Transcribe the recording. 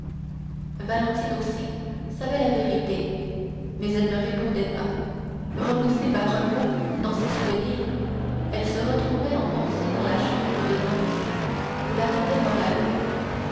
valentine aussi savait la vérité mais elle ne répondait pas repoussée par un mot dans ses souvenirs elle se retrouvait en pensée dans la chambre de noirtier où l'attendait morrel